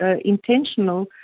Intentional